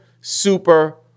super